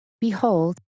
Behold